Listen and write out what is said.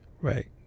Right